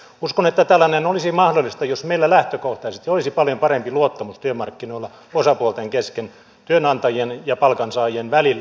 uskon että tällainen olisi mahdollista jos meillä lähtökohtaisesti olisi paljon parempi luottamus työmarkkinoilla osapuolten kesken työnantajien ja palkansaajien välillä